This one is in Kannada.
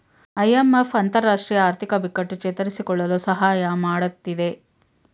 ಐ.ಎಂ.ಎಫ್ ಅಂತರರಾಷ್ಟ್ರೀಯ ಆರ್ಥಿಕ ಬಿಕ್ಕಟ್ಟು ಚೇತರಿಸಿಕೊಳ್ಳಲು ಸಹಾಯ ಮಾಡತ್ತಿದೆ